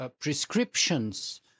prescriptions